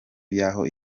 yaho